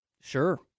Sure